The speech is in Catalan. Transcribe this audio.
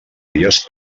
dies